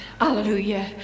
Hallelujah